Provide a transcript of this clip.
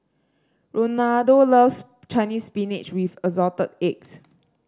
Rolando loves Chinese Spinach with Assorted Eggs